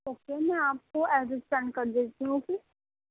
okay میں آپ کو ایڈریس سینڈ کر دیتی ہوں اوکے